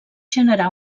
generar